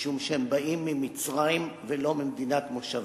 משום שהם באים ממצרים ולא ממדינת מושבם.